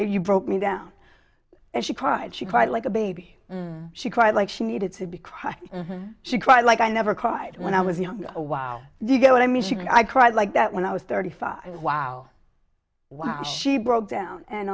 you broke me down and she cried she cried like a baby she cried like she needed to be cry she cried like i never cried when i was young a wow do you get what i mean she said i cried like that when i was thirty five wow wow she broke down and